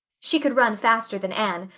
she could run faster than anne,